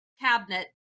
cabinet